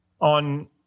on